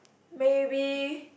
maybe